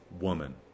woman